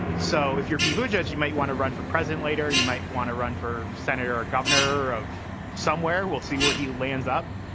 so if you're people judge, you might want to run for president later. you might want to run for senator or governor of somewhere. we'll see where he lands up.